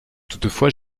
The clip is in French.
toutefois